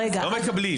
לא מקבלים.